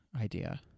idea